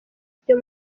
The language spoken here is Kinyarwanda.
byo